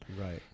right